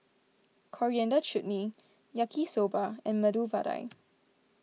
Coriander Chutney Yaki Soba and Medu Vada